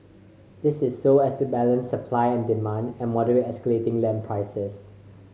this is so as to balance supply and demand and moderate escalating land prices